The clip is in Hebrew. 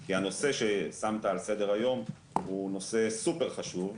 כי הנושא ששמת על סדר היום הוא נושא סופר חשוב,